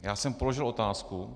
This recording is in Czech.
Já jsem položil otázku.